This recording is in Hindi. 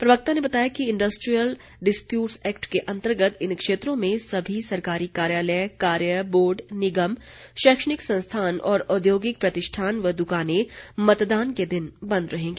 प्रवक्ता ने बताया कि इंडस्ट्रीयल डिस्प्यूटस एक्ट के अंतर्गत इन क्षेत्रों में सभी सरकारी कार्यालय कार्य बोर्ड निगम शैक्षणिक संस्थान और औद्योगिक प्रतिष्ठान व दुकानें मतदान के दिन बंद रहेंगी